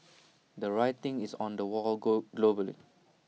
the writing is on the wall goal globally